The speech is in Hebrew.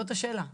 זאת השאלה.